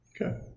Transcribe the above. Okay